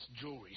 jewelry